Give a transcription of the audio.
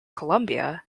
columbia